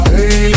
Hey